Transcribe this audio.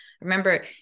remember